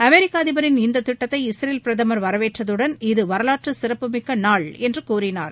அமெரிக்க அதிபரின் இந்தத் திட்டத்தை இஸ்ரேல் பிரதமர் வரவேற்றதுடன் இது வரலாற்று சிறப்புமிக்க நாள் என்று கூறினார்